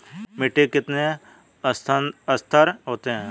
मिट्टी के कितने संस्तर होते हैं?